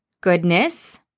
goodness